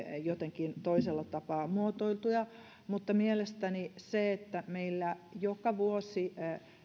jotenkin toisella tapaa muotoiltuja mutta mielestäni se että meillä joka vuosi